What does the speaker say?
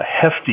hefty